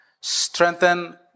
Strengthen